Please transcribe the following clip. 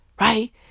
Right